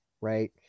right